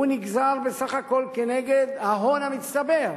הוא נגזר בסך הכול כנגד ההון המצטבר.